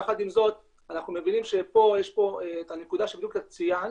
יחד עם זאת אנחנו מבינים שיש פה את הנקודה שבדיוק את ציינת,